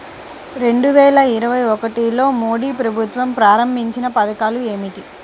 రెండు వేల ఇరవై ఒకటిలో మోడీ ప్రభుత్వం ప్రారంభించిన పథకాలు ఏమిటీ?